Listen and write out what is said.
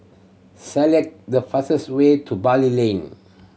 select the fastest way to Bali Lane